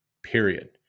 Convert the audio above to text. period